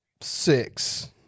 Six